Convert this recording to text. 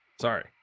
Sorry